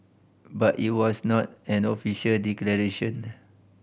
but it was not an official declaration